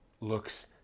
looks